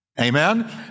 Amen